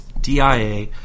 DIA